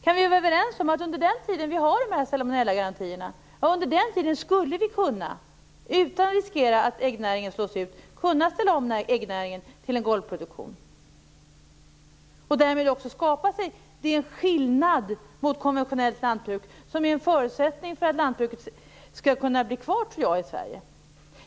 Kan vi vara överens om att vi under den tid som vi har dessa salmonellagarantier skulle kunna - utan att äggnäringen riskerar att slås ut - ställa om äggnäringen till golvhönsproduktion? Därmed skulle man kunna skapa den skillnad mot konventionellt lantbruk som är en förutsättning för att jordbruket skall kunna leva kvar i Sverige.